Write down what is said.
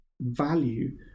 value